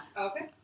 Okay